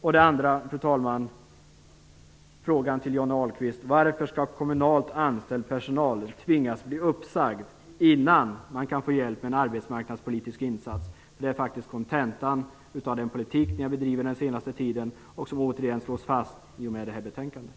Nästa fråga till Johnny Ahlqvist blir: Varför skall kommunalt anställd personal tvingas bli uppsagd innan de kan få hjälp med en arbetsmarknadspolitisk insats? Det är faktiskt kontentan av den politik som har bedrivits den senaste tiden, och som återigen slås fast i och med betänkandet.